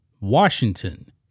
Washington